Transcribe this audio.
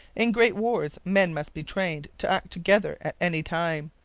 in great wars men must be trained to act together at any time,